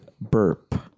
burp